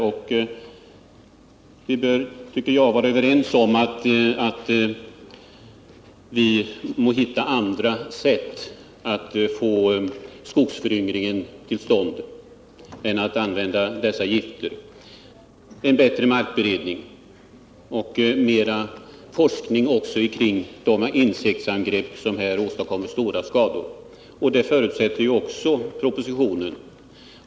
Vi bör, tycker jag, vara överens om att vi må hitta andra sätt att få till stånd en skogsföryngring än genom att använda dessa gifter, t.ex. genom en bättre markberedning eller genom mera forskning kring de insektsangrepp som åstadkommer stora skador. Detta förutsätts också i propositionen.